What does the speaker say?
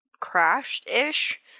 crashed-ish